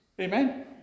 Amen